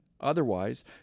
Otherwise